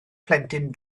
plentyn